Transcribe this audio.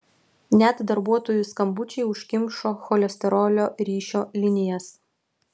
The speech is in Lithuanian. net darbuotojų skambučiai užkimšo cholesterolio ryšio linijas